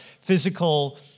physical